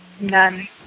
none